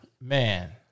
Man